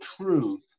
truth